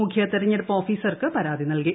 മുഖ്യ തെരഞ്ഞെടുപ്പ് ഓഫീസർക്ക് പരാതി സ്കൽകി